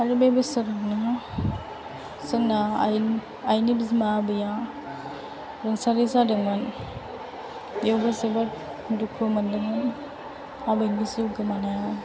आरो बे बोसोरावनो जोंना आइनि बिमा आबैया रुंसारि जादोंमोन बेवबो जोबोर दुखु मोनदोंमोन आबैनि जिउ गोमानायाव